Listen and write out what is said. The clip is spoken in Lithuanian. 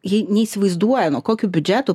jei neįsivaizduoja nuo kokių biudžetų